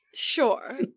Sure